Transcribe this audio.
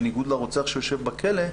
בניגוד לרוצח שיושב בכלא,